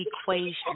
equation